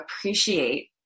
appreciate